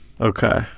okay